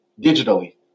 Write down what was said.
digitally